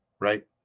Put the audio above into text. right